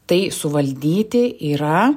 tai suvaldyti yra